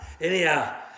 Anyhow